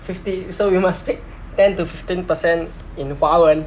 fifty~ so we all must speak ten to fifteen per cent in 华文